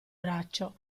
braccio